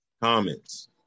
comments